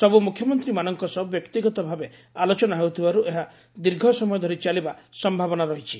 ସବୁ ମୁଖ୍ୟମନ୍ତୀମାନଙ୍କ ସହ ବ୍ୟକ୍ତିଗତଭାବେ ଆଲୋଚନା ହେଉଥିବାରୁ ଏହା ଦୀର୍ଘ ସମୟ ଧରି ଚାଲିବା ସମ୍ଭାବନା ରହିଛି